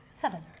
Seven